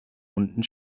unten